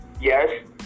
yes